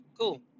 Cool